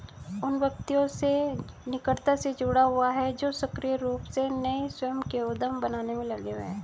उन व्यक्तियों से निकटता से जुड़ा हुआ है जो सक्रिय रूप से नए स्वयं के उद्यम बनाने में लगे हुए हैं